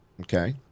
Okay